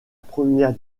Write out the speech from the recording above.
première